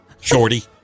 Shorty